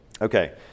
Okay